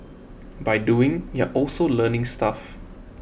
by doing you're also learning stuff